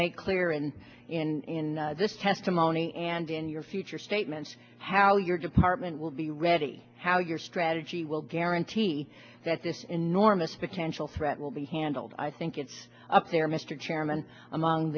make clear and in this testimony and in your future statements how your department will be ready how your strategy will guarantee that this enormous potential threat will be handled i think it's up there mr chairman among